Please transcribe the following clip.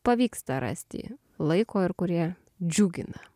pavyksta rasti laiko ir kurie džiugina